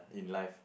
in life